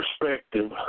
perspective